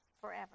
forever